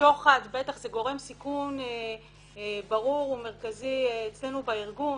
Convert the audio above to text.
שוחד שזה גורם סיכון ברור ומרכזי בארגון,